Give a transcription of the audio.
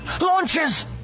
Launches